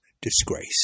disgrace